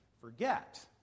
forget